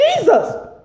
Jesus